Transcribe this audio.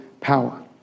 power